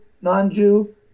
non-Jew